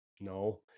No